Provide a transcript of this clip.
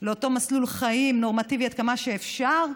לאותו מסלול חיים נורמטיבי, עד כמה שאפשר,